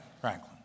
Franklin